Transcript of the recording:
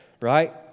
right